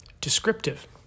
descriptive